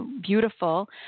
beautiful